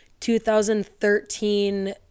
2013